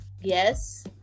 Yes